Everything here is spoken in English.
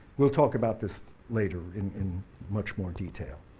we'll talk about this later in in much more detail.